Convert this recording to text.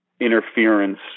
interference